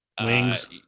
Wings